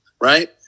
right